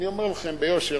אני אומר לכם ביושר,